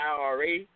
IRA